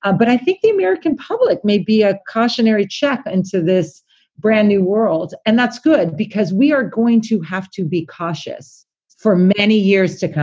ah but i think the american public may be a cautionary check into this brand new world. and that's good because we are going to have to be cautious for many years to come,